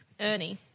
Ernie